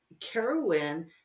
carowin